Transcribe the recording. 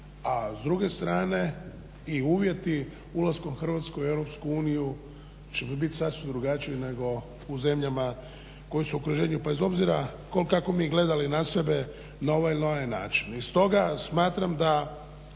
a s druge strane i uvjeti ulaskom Hrvatske u EU će biti sasvim drugačiji nego u zemljama koje su u okruženju bez obzira kako mi gledali na sebe na ovaj ili onaj način.